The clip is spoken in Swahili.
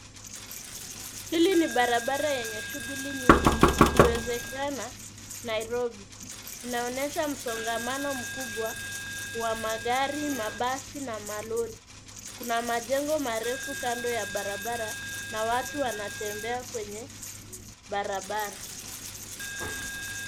Hili ni barabara yenye shughuli nyingi ikiwezekana Nairobi. Inaonyesha msongamano mkubwa wa magari, mabasi na malori. Kuna majengo marefu kando ya barabara na watu wanatembea kwenye barabara.